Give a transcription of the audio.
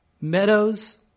Meadows